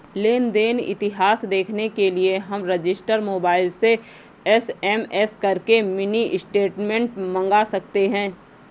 लेन देन इतिहास देखने के लिए हम रजिस्टर मोबाइल से एस.एम.एस करके मिनी स्टेटमेंट मंगा सकते है